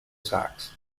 sacks